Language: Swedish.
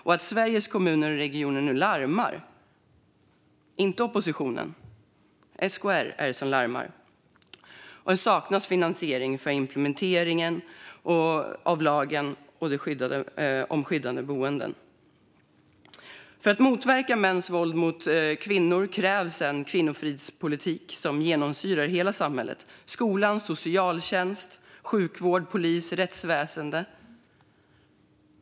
Och Sveriges Kommuner och Regioner larmar - det är inte oppositionen utan SKR som larmar - om att det saknas finansiering för att implementera lagen om skyddat boende. För att motverka mäns våld mot kvinnor krävs det en kvinnofridspolitik som genomsyrar hela samhället: skola, socialtjänst, sjukvård, polis och rättsväsen.